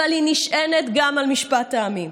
אבל היא נשענת גם על משפט העמים.